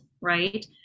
right